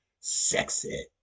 sexy